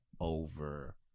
over